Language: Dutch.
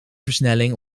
versnelling